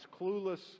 clueless